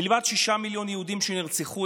מלבד שישה מיליון יהודים שנרצחו,